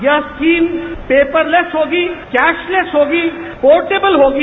यह scheme paperless होगी cashless होगी पोर्टेबल होगी